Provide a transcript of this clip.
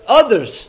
others